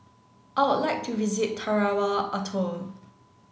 I would like to visit Tarawa Atoll